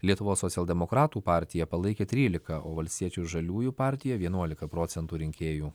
lietuvos socialdemokratų partiją palaikė trylika o valstiečių ir žaliųjų partija vienuolika procentų rinkėjų